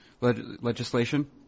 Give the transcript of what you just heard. legislation